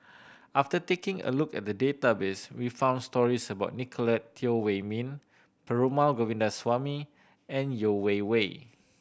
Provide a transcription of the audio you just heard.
after taking a look at the database we found stories about Nicolette Teo Wei Min Perumal Govindaswamy and Yeo Wei Wei